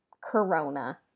corona